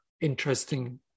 interesting